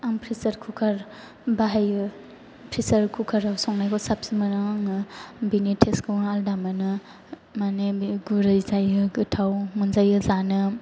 आं pressure cooker बाहायो pressure cooker आव संनायखौ साबसिन मोनो आङो बेनि टेस्ट खौ आलादा मोनो माने बे गुरै जायो गोथाव मोनजायो जानो